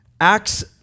Acts